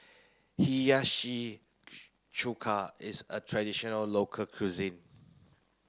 Hiyashi Chuka is a traditional local cuisine